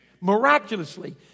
Miraculously